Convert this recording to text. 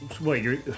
Wait